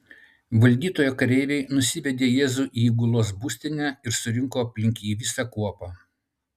valdytojo kareiviai nusivedė jėzų į įgulos būstinę ir surinko aplink jį visą kuopą